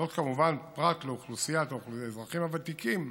זאת, כמובן, פרט לאוכלוסיית האזרחים הוותיקים,